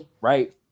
right